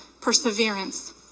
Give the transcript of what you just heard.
Perseverance